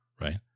right